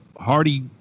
hardy